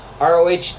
ROH